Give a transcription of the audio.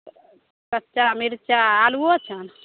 कच्चा मिर्चा आलुओ छनि